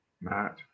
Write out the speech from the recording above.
Matt